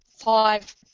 Five